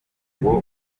rugo